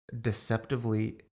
deceptively